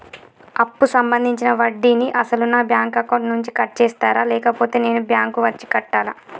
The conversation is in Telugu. అప్పు సంబంధించిన వడ్డీని అసలు నా బ్యాంక్ అకౌంట్ నుంచి కట్ చేస్తారా లేకపోతే నేను బ్యాంకు వచ్చి కట్టాలా?